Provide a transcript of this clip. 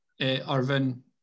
Irvin